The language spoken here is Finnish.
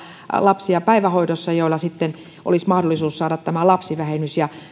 lapsia päivähoidossa joilla olisi mahdollisuus saada tämä lapsivähennys